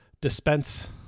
dispense